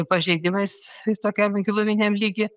pažeidimais tokiam giluminiam lygy